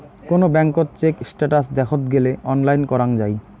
কোন ব্যাঙ্কত check status দেখত গেলে অনলাইন করাঙ যাই